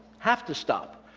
have to stop.